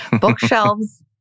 Bookshelves